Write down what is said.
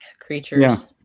creatures